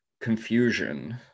confusion